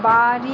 বাড়ি